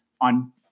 on